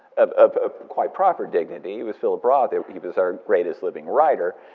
of ah quite proper dignity, he was philip roth, and he was our greatest living writer,